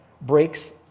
breaks